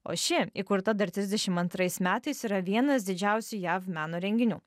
o ši įkurta dar trisdešim antrais metais yra vienas didžiausių jav meno renginių